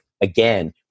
again